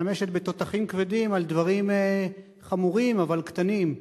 משתמשת בתותחים כבדים על דברים חמורים אבל קטנים.